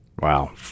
wow